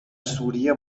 سوریه